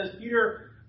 Peter